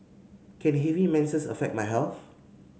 can heavy menses affect my health